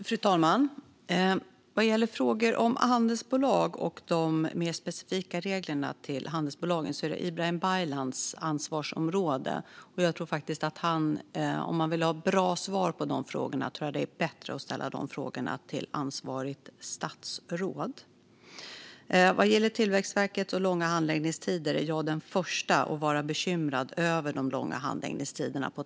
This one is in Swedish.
Fru talman! Vad gäller frågor om handelsbolag och de mer specifika reglerna för dem är det Ibrahim Baylans ansvarsområde. Om man vill ha bra svar på de frågorna tror jag faktiskt att det är bättre att ställa dem till ansvarigt statsråd. Vad gäller Tillväxtverkets långa handläggningstider är jag den första att vara bekymrad över dem.